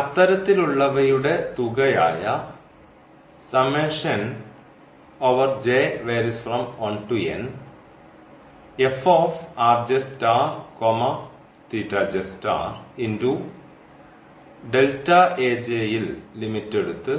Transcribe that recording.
അത്തരത്തിലുള്ളവയുടെ തുകയായ യിൽ ലിമിറ്റ് എടുത്തു